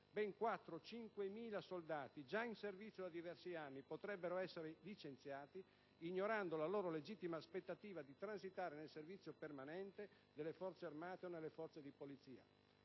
ben 4-5.000 soldati, già in servizio da diversi anni, potrebbero essere licenziati, ignorando la loro legittima aspettativa di transitare nel servizio permanente delle Forze armate o nelle forze di Polizia.